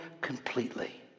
completely